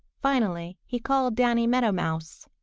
finally he called danny meadow mouse.